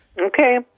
Okay